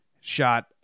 shot